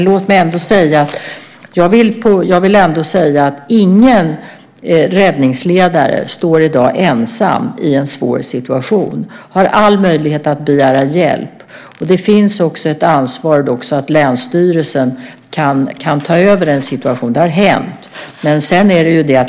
Låt mig ändå säga att ingen räddningsledare i dag står ensam i en svår situation utan har all möjlighet att begära hjälp. Det finns också ett ansvar så att länsstyrelsen kan ta över en situation. Det har hänt.